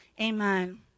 Amen